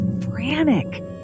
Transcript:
frantic